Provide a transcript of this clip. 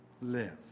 live